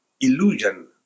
illusion